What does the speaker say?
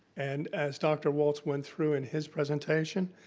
and as dr. walts went through in his presentation,